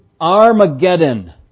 Armageddon